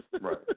Right